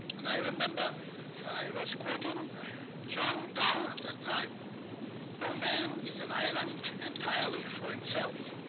and i remember i was quoting john donne at that time no man is an island entirely for himself.